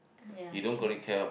ya true